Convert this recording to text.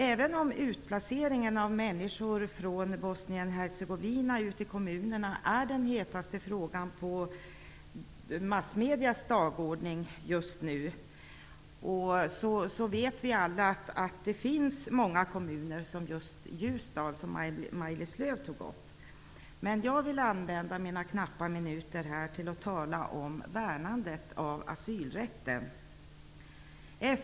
Även om utplaceringen av människor från Bosnien-Hercegovina ute i kommunerna är den hetaste frågan på massmediernas dagordning just nu, vet vi alla att det finns många kommuner som Ljusdal, som Maj-Lis Lööw tog upp. Jag vill använda mina knappa minuter här till att tala om värnandet av asylrätten.